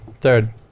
third